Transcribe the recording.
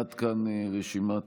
עד כאן רשימת הדוברים.